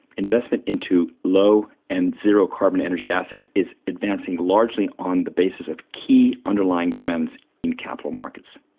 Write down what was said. investment into low and zero carbon energy assets is advancing largely on the basis of key underlying trends in capital markets.